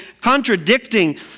contradicting